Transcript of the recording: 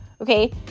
Okay